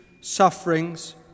sufferings